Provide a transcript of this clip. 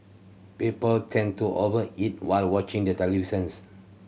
people tend to over eat while watching the televisions